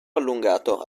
allungato